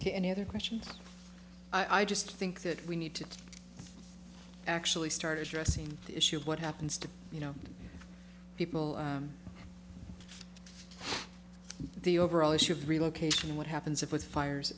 to any other questions i just think that we need to actually start addressing the issue of what happens to you know people the overall issue of relocation what happens if it fires